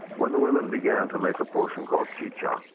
when the women began to make a potion called chicha,